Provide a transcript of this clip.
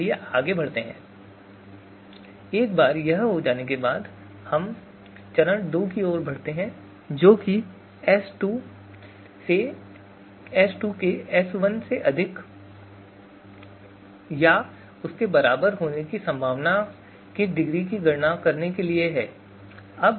तो चलिए आगे बढ़ते हैं एक बार यह हो जाने के बाद हम चरण संख्या दो की ओर बढ़ते हैं जो कि S2 के S1 से अधिक या उसके बराबर होने की संभावना की डिग्री की गणना करने के लिए है